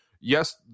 Yes